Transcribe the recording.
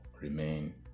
remain